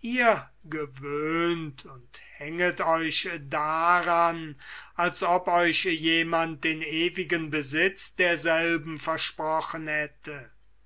ihr gewöhnt und hänget euch daran als ob euch jemand den ewigen besitz derselben versprochen hätte